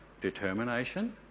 determination